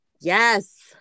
Yes